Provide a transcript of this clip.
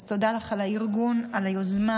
אז תודה לך על הארגון, על היוזמה,